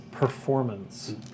Performance